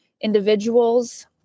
individuals